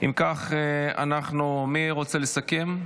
אם כך, מי רוצה לסכם?